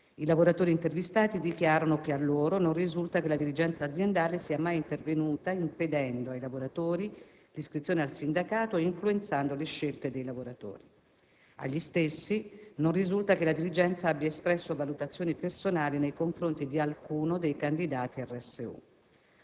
I lavoratori intervistati dichiarano che a loro non risulta che la dirigenza aziendale sia mai intervenuta impedendo ai lavoratori l'iscrizione al sindacato o influenzando le scelte dei lavoratori. Agli stessi non risulta che la dirigenza abbia espresso valutazioni personali nei confronti di alcuno dei candidati RSU.